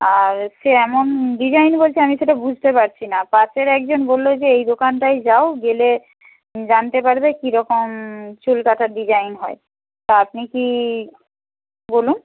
আর সে এমন ডিজাইন বলছে আমি সেটা বুঝতে পারছি না পাশের একজন বলল যে এই দোকানটায় যাও গেলে জানতে পারবে কীরকম চুল কাটার ডিজাইন হয় তা আপনি কি বলুন